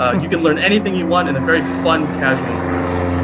um you can learn anything you want in a very fun casual environment.